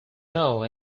know